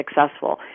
successful